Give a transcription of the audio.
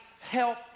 help